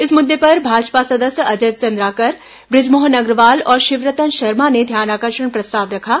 इस मुद्दे पर भाजपा सदस्य अजय चंद्राकर ब्रजमोहन अग्रवाल और शिवरतन शर्मा ने ध्यानाकर्षण प्रस्ताव रखा